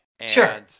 Sure